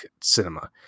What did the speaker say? cinema